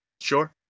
sure